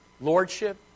Lordship